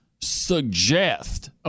suggest